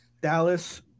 Dallas